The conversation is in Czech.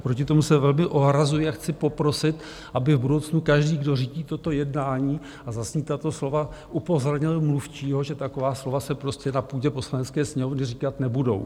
Proti tomu se velmi ohrazuji a chci poprosit, aby v budoucnu každý, kdo řídí toto jednání, a zazní tato slova, upozornil mluvčího, že taková slova se prostě na půdě Poslanecké sněmovny říkat nebudou.